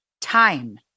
time